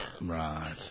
Right